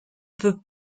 peut